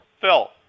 Phil